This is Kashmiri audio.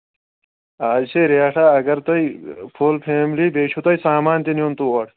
آز چھِ ریٹھا اگر تۄہہِ فُل فیملی بیٚیہِ چھُ تۄہہِ سامان تہِ نیُن تور